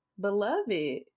beloved